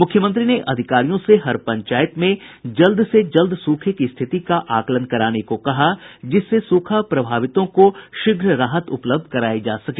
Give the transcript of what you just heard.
मुख्यमंत्री ने अधिकारियों से हर पंचायत में जल्द से जल्द सूखे की स्थिति का आकलन कराने को कहा जिससे सूखा प्रभावितों को शीघ्र राहत उपलब्ध करायी जा सके